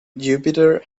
jupiter